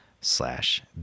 slash